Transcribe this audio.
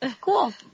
cool